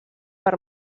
per